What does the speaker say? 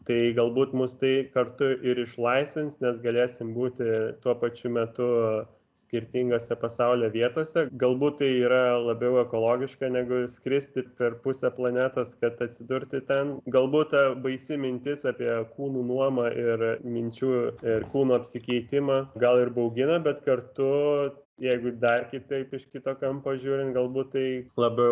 tai galbūt mus tai kartu ir išlaisvins nes galėsim būti tuo pačiu metu skirtingose pasaulio vietose galbūt tai yra labiau ekologiška negu skristi per pusę planetos kad atsidurti ten galbūt ta baisi mintis apie kūnų nuomą ir minčių ir kūno apsikeitimą gal ir baugina bet kartu jeigu dar kitaip iš kito kampo žiūrint galbūt tai labiau